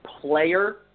player